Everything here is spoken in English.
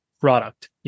product